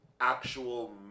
actual